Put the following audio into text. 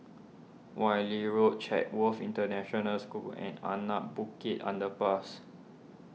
Wan Lee Road Chatsworth International School and Anak Bukit Underpass